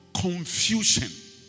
confusion